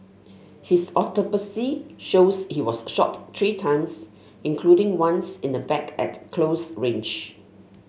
his autopsy shows he was shot three times including once in the back at close range